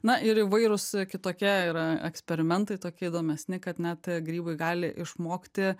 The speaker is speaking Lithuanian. na ir įvairūs kitokie yra eksperimentai tokie įdomesni kad net grybai gali išmokti